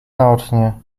naocznie